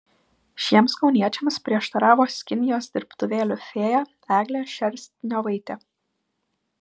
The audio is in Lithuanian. šiems kauniečiams prieštaravo skinijos dirbtuvėlių fėja eglė šerstniovaitė